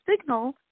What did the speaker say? signal